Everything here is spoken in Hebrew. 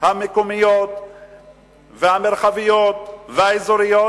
המקומיות והמרחביות והאזוריות,